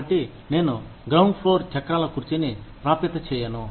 కాబట్టి నేను ground floor చక్రాల కుర్చీని ప్రాప్యత చేయను